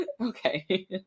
Okay